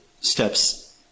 steps